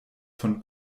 von